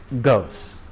goes